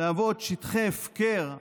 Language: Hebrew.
להוות שטחי הפקר,